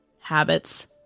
habits